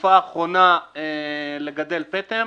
בתקופה האחרונה לגדל פטם,